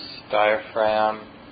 diaphragm